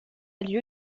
lieu